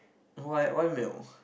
why why milk